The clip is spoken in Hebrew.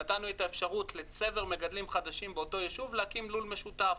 נתנו את האפשרות לצבר מגדלים חדשים באותו יישוב להקים לול משותף.